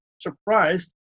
surprised